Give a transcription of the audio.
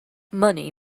money